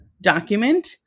document